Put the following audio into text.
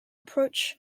approach